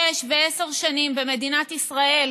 שש ועשר שנים במדינת ישראל,